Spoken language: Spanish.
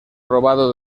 robado